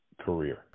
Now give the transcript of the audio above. career